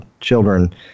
children